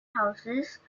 houses